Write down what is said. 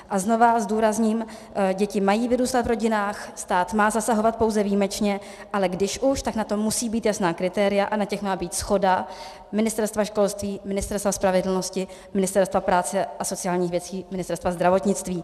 A znovu zdůrazním, děti mají vyrůstat v rodinách, stát má zasahovat pouze výjimečně, ale když už, tak na to musí být jasná kritéria a na těch má být shoda Ministerstva školství, Ministerstva spravedlnosti, Ministerstva práce a sociálních věcí, Ministerstva zdravotnictví.